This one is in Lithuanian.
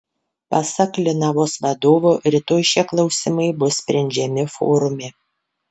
pasak linavos vadovo rytoj šie klausimai bus sprendžiami forume